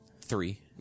Three